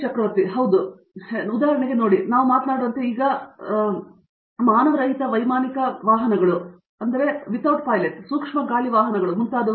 ಚಕ್ರವರ್ತಿ ಹೌದು ತುಂಬಾ ಹೆಚ್ಚು ಏಕೆಂದರೆ ಉದಾಹರಣೆಗೆ ನೋಡಿ ನಾವು ಮಾತನಾಡುವಂತೆ ಈಗ ಹೊರಹೊಮ್ಮುವಿಕೆಯನ್ನು ನೋಡಲು ಪ್ರಾರಂಭಿಸುತ್ತಿದ್ದೇವೆ ಮಾನವರಹಿತ ವೈಮಾನಿಕ ವಾಹನಗಳು ಸೂಕ್ಷ್ಮ ಗಾಳಿ ವಾಹನಗಳು ಮತ್ತು ಮುಂತಾದವು